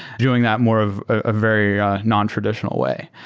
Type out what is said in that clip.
doing that more of a very nontraditional way.